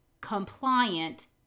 compliant